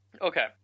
okay